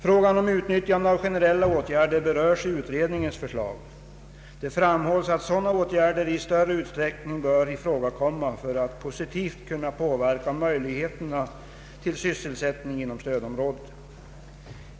Frågan om utnyttjande av generella åtgärder berörs i utredningens förslag. Det framhålles att sådana åtgärder i större utsträckning bör kunna ifrågakomma för att positivt påverka möjligheterna till sysselsättning inom stödområdet.